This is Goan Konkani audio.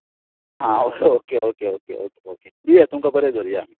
हां okay okay okay okay okay दिया तुमकां बरें धरुया आमी